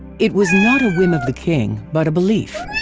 it was not a whim of the king but a belief.